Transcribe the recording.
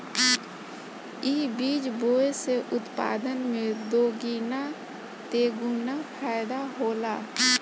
इ बीज बोए से उत्पादन में दोगीना तेगुना फायदा होला